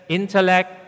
intellect